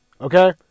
Okay